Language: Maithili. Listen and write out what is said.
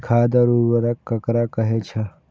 खाद और उर्वरक ककरा कहे छः?